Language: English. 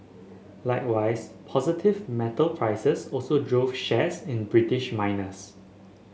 likewise positive metal prices also drove shares in British miners